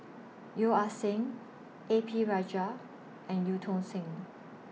Yeo Ah Seng A P Rajah and EU Tong Sen